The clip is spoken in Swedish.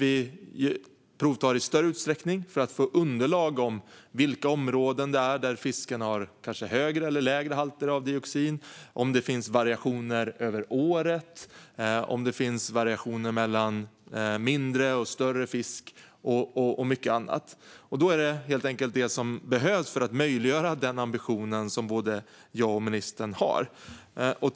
Vi behöver provta i större utsträckning för att få underlag gällande i vilka områden fiskarna har högre eller lägre halter av dioxin, om det finns variationer över året, om det finns variationer mellan mindre och större fisk och mycket annat. Det är helt enkelt detta som behövs för att möjliggöra den ambition som både ministern och jag har.